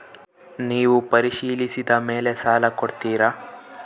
ನೇವು ಪರಿಶೇಲಿಸಿದ ಮೇಲೆ ಸಾಲ ಕೊಡ್ತೇರಾ?